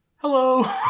hello